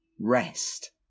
Rest